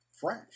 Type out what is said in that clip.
Fresh